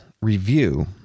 review